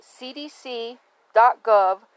cdc.gov